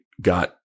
got